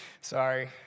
Sorry